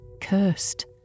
cursed